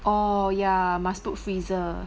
orh ya must put freezer